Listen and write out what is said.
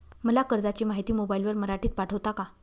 मला कर्जाची माहिती मोबाईलवर मराठीत पाठवता का?